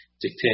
dictate